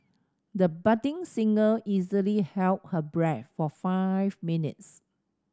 the budding singer easily held her breath for five minutes